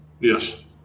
Yes